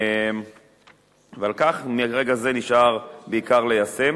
ועל כן, מרגע זה נשאר בעיקר ליישם.